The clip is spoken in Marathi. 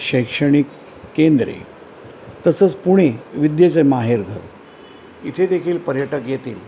शैक्षणिक केंद्रे तसंच पुणे विद्येचं माहेरघर इथे देखील पर्यटक येतील